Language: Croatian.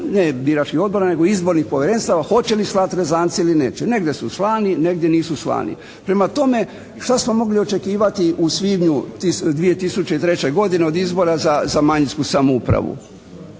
ne biračkih odbora, nego izbornih povjerenstava hoće li slati rezance ili neće. Negdje su slani negdje nisu slani. Prema tome, šta smo mogli očekivati u svibnju 2003. godine od izbora za manjinsku samoupravu?